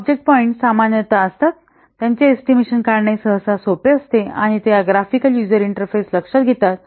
हे object point सामान्यत असतात त्यांचे एस्टिमेशन काढणे सहसा सोपे असते आणि ते ग्राफिकल यूजर इंटरफेस लक्षात घेतात